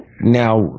Now